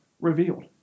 revealed